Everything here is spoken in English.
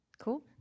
cool